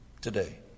today